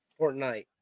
Fortnite